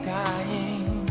dying